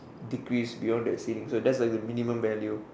decrease beyond that ceiling so that's like the minimum value